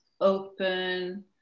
open